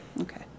Okay